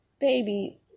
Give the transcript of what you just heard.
baby